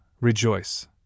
rejoice